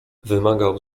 wymagał